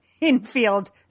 infield